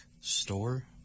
store